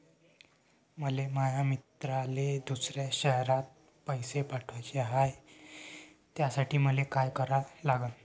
मले माया मित्राले दुसऱ्या शयरात पैसे पाठवाचे हाय, त्यासाठी मले का करा लागन?